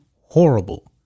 horrible